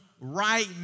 right